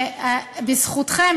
בזכותכם,